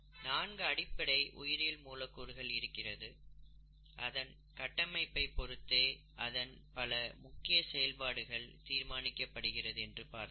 நான்கு அடிப்படை உயிரியல் மூலக்கூறுகள் இருக்கிறது அதன் கட்டமைப்பை பொறுத்தே அதன் பல முக்கிய செயல்பாடுகள் தீர்மானிக்கப்படுகிறது என்று பார்த்தோம்